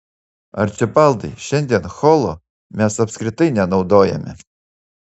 arčibaldai šiandien holo mes apskritai nenaudojame